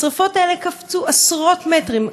השרפות האלה קפצו עשרות מטרים,